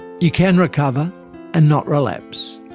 you can recover and not relapse,